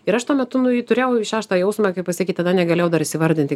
ir aš tuo metu nu jį turėjau šeštą jausmą kaip pasakyt tada negalėjau dar įvardinti